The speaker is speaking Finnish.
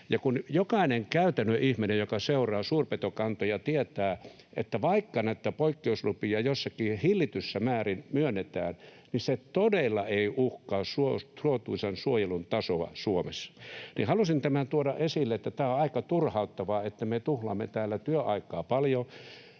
Kun jokainen käytännön ihminen, joka seuraa suurpetokantoja, tietää, että vaikka näitä poikkeuslupia jossakin hillityssä määrin myönnetään, niin se todella ei uhkaa suotuisan suojelun tasoa Suomessa. Halusin tämän tuoda esille, että tämä on aika turhauttavaa, että me tuhlaamme täällä työaikaa paljon.